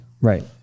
right